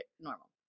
normal